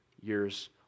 years